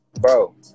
Bro